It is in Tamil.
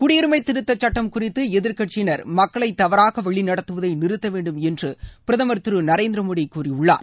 குடியுரிமை திருத்தச்சட்டம் குறித்து எதிர்க்கட்சியினர் மக்களைத் தவறாக வழிநடுத்துவதை நிறுத்த வேண்டும் என்று பிரதமர் திரு நரேந்திர மோடி கூறியுள்ளார்